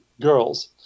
girls